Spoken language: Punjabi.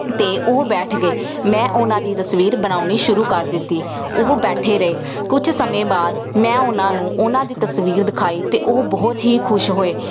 ਅਤੇ ਉਹ ਬੈਠ ਗਏ ਮੈਂ ਉਹਨਾਂ ਦੀ ਤਸਵੀਰ ਬਣਾਉਣੀ ਸ਼ੁਰੂ ਕਰ ਦਿੱਤੀ ਉਹ ਬੈਠੇ ਰਹੇ ਕੁਝ ਸਮੇਂ ਬਾਅਦ ਮੈਂ ਉਹਨਾਂ ਨੂੰ ਉਹਨਾਂ ਦੀ ਤਸਵੀਰ ਦਿਖਾਈ ਅਤੇ ਉਹ ਬਹੁਤ ਹੀ ਖੁਸ਼ ਹੋਏ